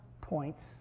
points